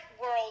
world